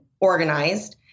organized